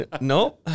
No